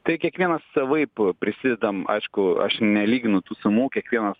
tai kiekvienas savaip prisidedam aišku aš nelyginu tų sumų kiekvienas